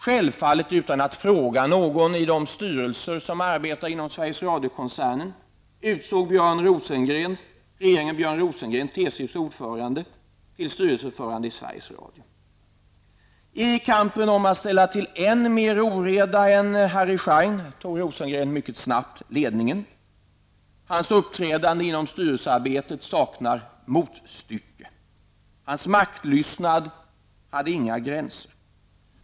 Självfallet utan att fråga någon i de styrelser som arbetar inom Sveriges Rosengren, TCOs ordförande, till styrelseordförande i Sveriges Radio. I kampen om att ställa till än mer oreda än Harry Schein tog Björn Rosengren mycket snabbt ledningen. Hans uppträdande i styrelsearbetet saknar motstycke. Hans maktlystnad kände inga gränser.